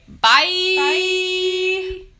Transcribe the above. Bye